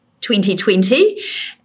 2020